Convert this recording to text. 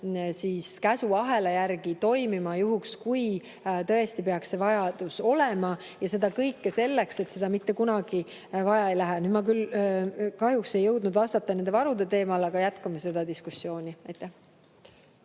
juhtimiskäsuahela järgi toimima juhul, kui tõesti peaks see vajadus olema. Ja seda kõike selleks, et seda mitte kunagi vaja ei läheks. Ma küll kahjuks ei jõudnud vastata nende varude teemal, aga jätkame seda diskussiooni. Ja